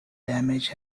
damage